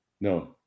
no